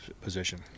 position